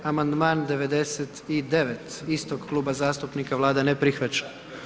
Amandman 98. istog kluba zastupnika, Vlada ne prihvaća.